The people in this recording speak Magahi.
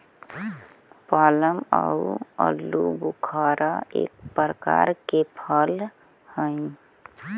प्लम आउ आलूबुखारा एक प्रकार के फल हई